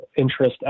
interest